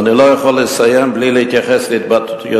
ואני לא יכול לסיים בלי להתייחס להתבטאויותיהם,